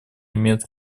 имеют